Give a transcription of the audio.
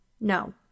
No